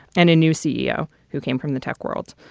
and a new ceo who came from the tech world.